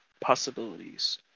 possibilities